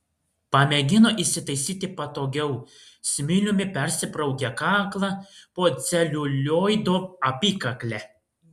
pamėgino įsitaisyti patogiau smiliumi persibraukė kaklą po celiulioido apykakle